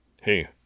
hey